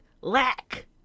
lack